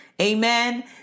Amen